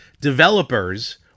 developers